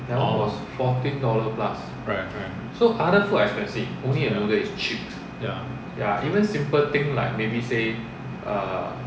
orh right right ya ya